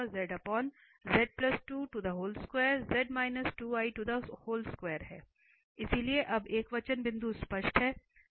तो यह है इसलिए अब एकवचन बिंदु स्पष्ट हैं